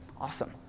Awesome